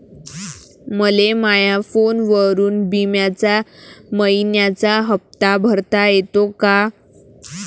मले माया फोनवरून बिम्याचा मइन्याचा हप्ता भरता येते का?